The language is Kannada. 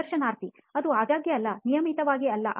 ಸಂದರ್ಶನಾರ್ಥಿ ಅದು ಆಗಾಗ್ಗೆ ಅಲ್ಲ ನಿಯಮಿತವಾಗಿ ಅಲ್ಲ